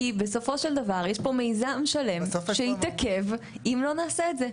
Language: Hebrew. כי בסופו של דבר יש פה מיזם שלם שיתעכב אם לא נעשה את זה,